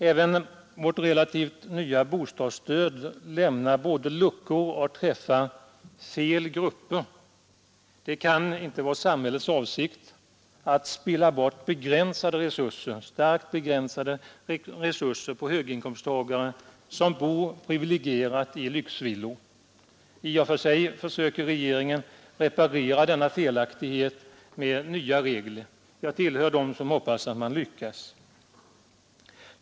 Även vårt relativt nya bostadsstöd har luckor och träffar fel grupper. Det kan inte vara samhällets avsikt att spilla bort starkt begränsade resurser på höginkomsttagare som bor i privilegierade lyxvillor. I och för sig försöker regeringen reparera denna felaktighet med nya regler. Jag tillhör dem som hoppas att man lyckas.